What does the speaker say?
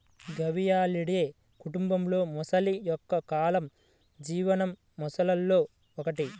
గవియాలిడే కుటుంబంలోమొసలి ఎక్కువ కాలం జీవించిన మొసళ్లలో ఒకటి